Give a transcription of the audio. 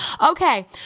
Okay